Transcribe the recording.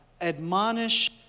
admonish